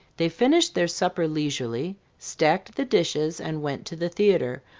they finished their supper leisurely, stacked the dishes and went to the theatre,